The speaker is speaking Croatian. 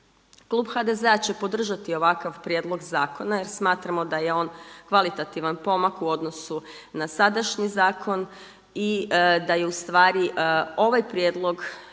Klub HDZ-a će podržati ovakav prijedlog zakona jer smatramo da je on kvalitativan pomak u odnosu na sadašnji zakon i da je u stvari ovaj prijedlog